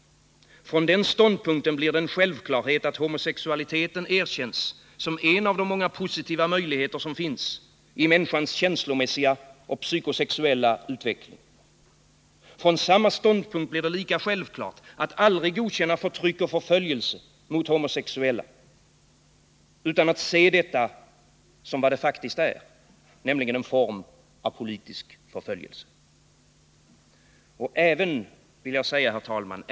Sett ur den synvinkeln blir det en självklarhet att homosexualiteten erkänns som en av de många positiva möjligheter som finns i människans känslomässiga och psykosexuella utveckling. Sett ur samma synvinkel blir det lika självklart att vi aldrig får godkänna förtryck och förföljelse av homosexuella utan att vi skall se detta som vad det faktiskt är, nämligen en form av politisk förföljelse. Herr talman!